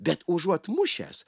bet užuot mušęs